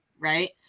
right